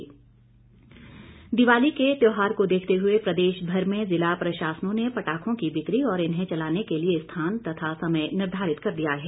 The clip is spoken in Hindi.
डीसी बिलासपुर दिवाली के त्यौहार को देखते हुए प्रदेश भर में जिला प्रशासनों ने पटाखों की ब्रिकी और इन्हे चलाने के लिए स्थान तथा समय निर्धारित कर दिया है